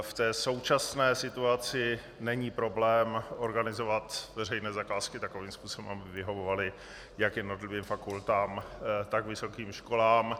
V současné situaci není problém organizovat veřejné zakázky takovým způsobem, aby vyhovovaly jak jednotlivým fakultám, tak vysokým školám.